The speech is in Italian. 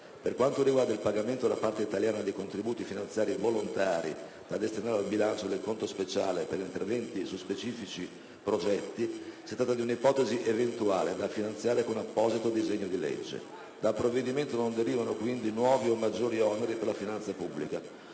Per quanto riguarda il pagamento da parte italiana di contributi finanziari volontari da destinare al bilancio del conto speciale per interventi su specifici progetti, si tratta di un'ipotesi eventuale da finanziare con apposito disegno di legge. Dal provvedimento non derivano pertanto nuovi o maggiori oneri per la finanza pubblica.